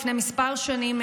לפני כמה שנים,